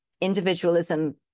individualism